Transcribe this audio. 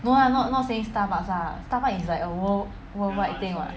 no lah not not saying Starbucks lah Starbucks is like a world worldwide thing [what]